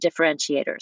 differentiators